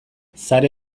sare